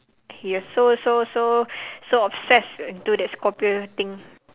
you are so so so so obsessed into that scorpio thing